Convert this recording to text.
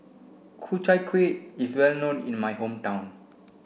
Ku Chai Kueh is well known in my hometown